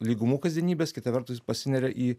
lygumų kasdienybės kita vertus pasineria į